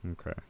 Okay